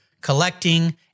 collecting